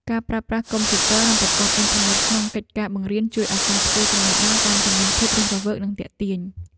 ការប្រើប្រាស់កុំព្យូទ័រនិងប្រព័ន្ធអ៊ីនធឺណិតក្នុងកិច្ចការបង្រៀនជួយឱ្យការផ្ទេរចំណេះដឹងកាន់តែមានភាពរស់រវើកនិងទាក់ទាញ។